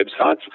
websites